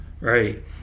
Right